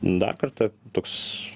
dar kartą toks